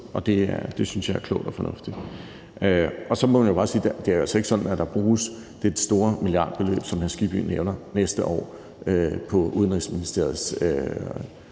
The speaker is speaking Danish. og det synes jeg er klogt og fornuftigt. Så må man bare sige, at det jo altså ikke er sådan, at der bruges det store milliardbeløb, som hr. Hans Kristian Skibby nævner, næste år på Udenrigsministeriets